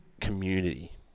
community